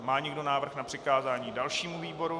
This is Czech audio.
Má někdo návrh na přikázání dalšímu výboru?